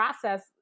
process